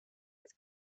with